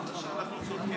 היושב-ראש.